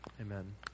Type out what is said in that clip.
Amen